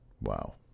Wow